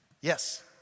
yes